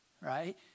right